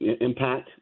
Impact